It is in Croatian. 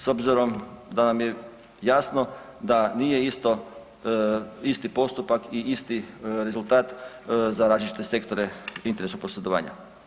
S obzirom da nam je jasno da nije isti postupak i isti rezultat za različite sektore internetskog posredovanja.